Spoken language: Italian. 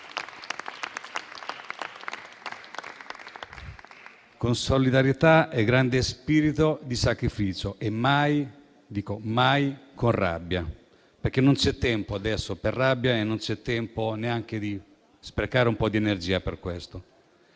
con solidarietà e grande spirito di sacrificio e mai - dico mai - con rabbia, perché non c'è tempo adesso per la rabbia e non c'è tempo neanche di sprecare un po' di energia per questo.